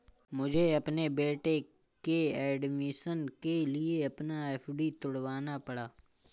मुझे अपने बेटे के एडमिशन के लिए अपना एफ.डी तुड़वाना पड़ा